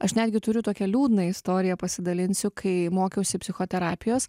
aš netgi turiu tokią liūdną istoriją pasidalinsiu kai mokiausi psichoterapijos